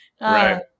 Right